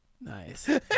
Nice